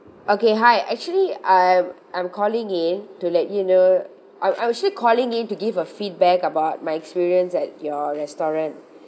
okay hi actually I'm I'm calling in to let you know I I'm actually calling in to give a feedback about my experience at your restaurant